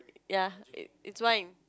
ya eh it's fine